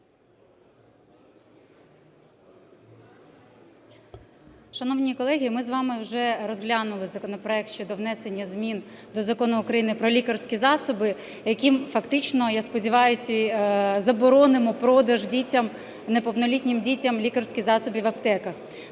Шановні колеги, ми з вами вже розглянули законопроект щодо внесення змін до Закону України "Про лікарські засоби", яким фактично, я сподіваюся, заборонимо продаж дітям, неповнолітнім дітям, лікарських засобів в аптеках.